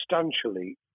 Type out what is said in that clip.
substantially